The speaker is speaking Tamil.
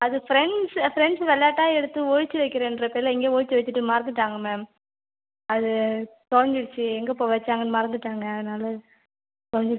அது ஃப்ரெண்ட்ஸ் ஃப்ரெண்ட்ஸ் வெளாட்டா எடுத்து ஒளித்து வைக்கிறேன்ற பேரில் எங்கேயோ ஒளித்து வைச்சுட்டு மறந்துவிட்டாங்க மேம் அது தொலைஞ்சிடுச்சு எங்கே இப்போ வைச்சாங்கன்னு மறந்துவிட்டாங்க அதனால தொலைஞ்சிடுச்சு